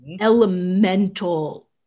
elemental